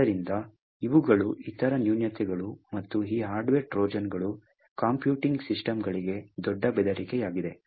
ಆದ್ದರಿಂದ ಇವುಗಳು ಇತರ ನ್ಯೂನತೆಗಳು ಮತ್ತು ಈ ಹಾರ್ಡ್ವೇರ್ ಟ್ರೋಜನ್ಗಳು ಕಂಪ್ಯೂಟಿಂಗ್ ಸಿಸ್ಟಮ್ಗಳಿಗೆ ದೊಡ್ಡ ಬೆದರಿಕೆಯಾಗಿದೆ